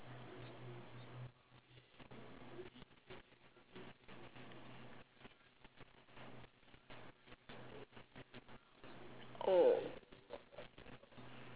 oh